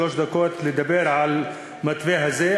שלוש דקות לדבר על המתווה הזה,